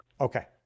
Okay